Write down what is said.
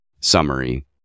Summary